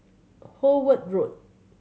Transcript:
Howard Road